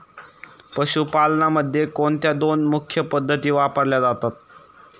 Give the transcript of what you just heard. पशुपालनामध्ये कोणत्या दोन मुख्य पद्धती वापरल्या जातात?